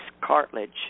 cartilage